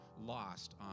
lost